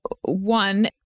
one